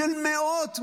של מאות,